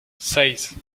seis